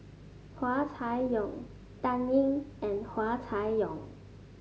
Hua Chai Yong Dan Ying and Hua Chai Yong